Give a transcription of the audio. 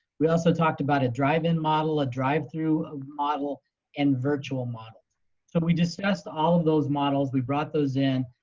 we also talked about a drive in model, a drive through ah model and virtual model. so we discussed all of those models, we brought those in.